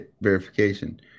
verification